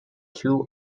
two